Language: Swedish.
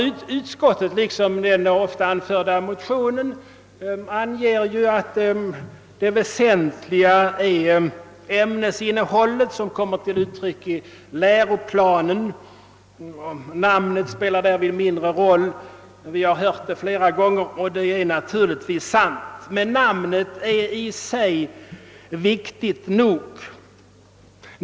Utskottet anger att det väsentliga är ämnesinnehållet, vilket kommer till uttryck i läroplanen; namnet spelar därvid mindre roll. Vi har hört detta flera gånger, och det är naturligtvis sant. Men namnet är i sig viktigt nog.